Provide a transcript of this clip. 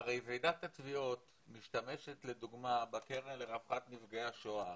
ועידת התביעות משתמשת לדוגמה בקרן לרווחת נפגעי השואה